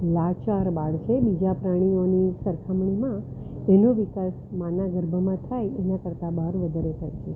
લાચાર બાળ છે બીજા પ્રાણીઓની સરખામણીમાં એનો વિકાસ માનાં ગર્ભમાં થાય એના કરતાં બહાર વધારે થાય છે